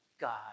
God